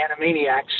Animaniacs